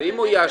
בגלל